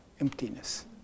emptiness